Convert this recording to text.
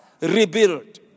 rebuild